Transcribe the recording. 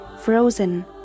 Frozen